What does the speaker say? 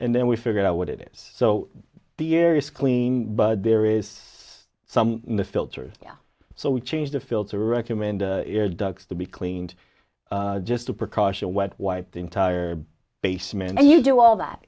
and then we figure out what it is so the year is clean but there is some in the filter so we change the filter recommend air ducts to be cleaned just a precaution well wipe the entire basement and you do all that